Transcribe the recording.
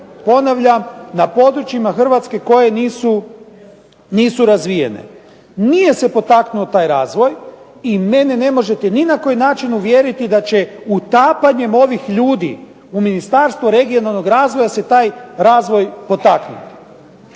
ponavljam, na područjima Hrvatske koje nisu razvijene. Nije se potaknuo taj razvoj i mene ne možete ni na koji način uvjeriti da će utapanjem ovih ljudi u Ministarstvu regionalnog razvoja se taj razvoj potaknuti.